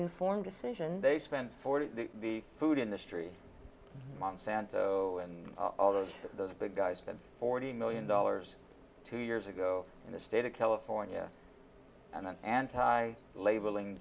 informed decision they spent forty b food industry monsanto and all those those big guys did forty million dollars two years ago in the state of california and an anti labeling